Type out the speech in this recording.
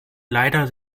leider